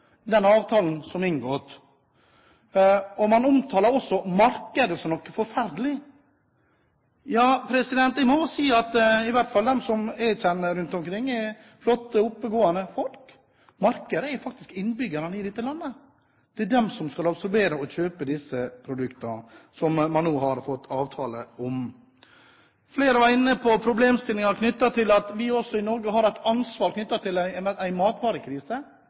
den avtalen som er inngått. Man omtaler også markedet som noe forferdelig. Jeg må nok si at i hvert fall de jeg kjenner rundt omkring, er flotte, oppegående folk. Markedet er faktisk innbyggerne i dette landet, det er de som skal absorbere og kjøpe disse produktene som man nå har fått avtale for. Flere var inne på problemstillingen knyttet til at vi også i Norge har et ansvar for en matvarekrise.